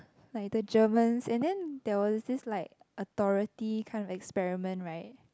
like the Germans and then there was this like authority kind of experiment [right]